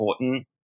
important